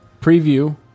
preview